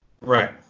Right